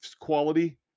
quality